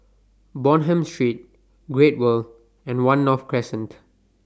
Bonham Street Great World and one North Crescent